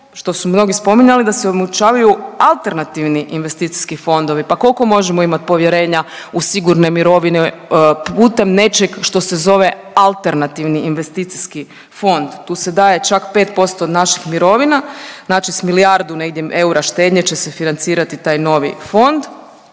što su mnogi spominjali da se omogućavaju alternativni investicijski fondovi pa koliko možemo imati povjerenja u sigurne mirovine putem nečeg što se zove alternativni investicijski fond, tu se daje čak 5% od naših mirovina. Znači s milijardu negdje eura štednje će se financirati taj novi fond